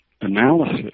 analysis